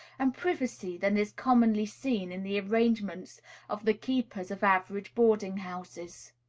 and privacy than is commonly seen in the arrangements of the keepers of average boarding-houses.